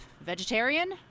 vegetarian